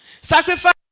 Sacrifice